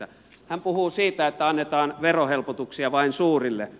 hän puhuu siitä että annetaan verohelpotuksia vain suurille